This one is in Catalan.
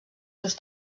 seus